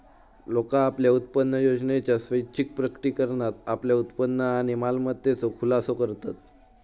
लोका आपल्या उत्पन्नयोजनेच्या स्वैच्छिक प्रकटीकरणात आपल्या उत्पन्न आणि मालमत्तेचो खुलासो करतत